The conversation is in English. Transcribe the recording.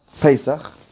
Pesach